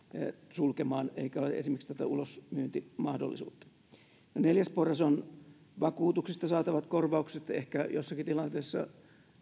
sulkemaan ja joissa ei ole esimerkiksi tätä ulosmyyntimahdollisuutta neljäs porras on vakuutuksista saatavat korvaukset ehkä jossakin tilanteessa